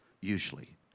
usually